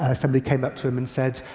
somebody came up to him and said,